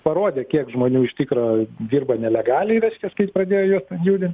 parodė kiek žmonių iš tikro dirba nelegaliai reiškias kai pradėjo juos judint